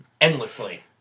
endlessly